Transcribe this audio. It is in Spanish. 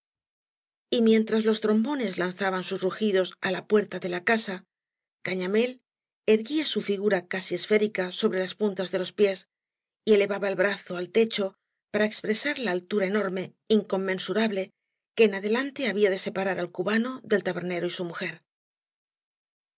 y mientras los trombones lanzaban sus rugidos á la puerta de la casa cañamél erguía su figura casi esférica sobre las puntas de los pies y elevaba el brazo al techo para expresar la altura enorme inconmensurable que en adelante había de separar al cubano del tabernero y su mujpr